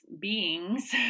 beings